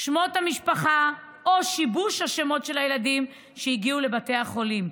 שמות המשפחה או שיבוש השמות של הילדים שהגיעו לבתי החולים,